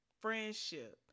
friendship